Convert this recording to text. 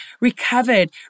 recovered